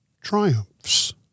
triumphs